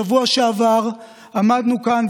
בשבוע שעבר עמדנו כאן,